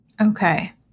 Okay